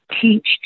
teach